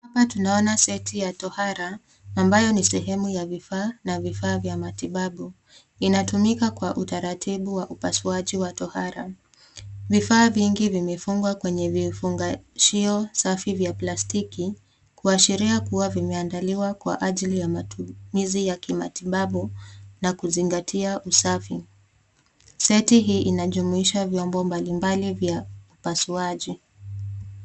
Hapa tunaona seti ya tohara ambayo ni sehemu ya vifaa na vifaa vya matibabu. Inatumika kwa utaratibu wa upasuaji wa tohara. Vifaa vingi vimefungwa kwenye vifungashio safi vya plastiki kuashiria kuwa vimeandaliwa kwa ajili ya matumizi ya kimatibabu na kuzingatia usafi. Seti hii inajumuisha vyombo mablimbali vya upasuaji.